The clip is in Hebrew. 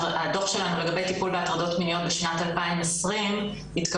לגבי טיפול בהטרדות מיניות בשנת 2020 התקבלו